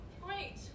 great